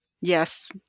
Yes